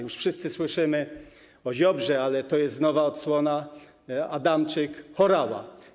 Już wszyscy słyszymy o Ziobrze, ale to jest nowa odsłona: Adamczyk - Horała.